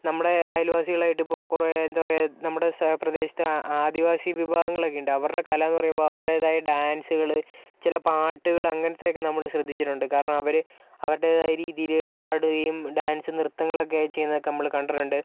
നമ്മുടെ അയൽവാസികളായിട്ട് ഇപ്പോ കുറെ എന്താ പറയുക നമ്മുടെ സഹപ്രദേശത്ത് ആദിവാസി വിഭാഗങ്ങളൊക്കെയുണ്ട് അവരുടെ കല എന്ന് പറയുമ്പോൾ അവരുടേതായ ഡാൻസുകള് ചില പാട്ടുകൾ അങ്ങനത്തെയൊക്കെ നമ്മൾ ശ്രദ്ധിച്ചിട്ടുണ്ട് കാരണം അവര് അവരുടേതായ രീതിയിൽ പാടുകയും ഡാൻസ് നൃത്തങ്ങൾ ഒക്കെ ചെയ്യുന്നതും ഒക്കെ നമ്മള് കണ്ടിട്ടുണ്ട്